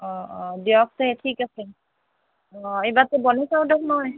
অঁ অঁ দিয়ক তে ঠিক আছে অঁ এইবাৰ তে বনাই চাওঁ দিয়ক মই